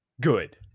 Good